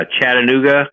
Chattanooga